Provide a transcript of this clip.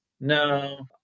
No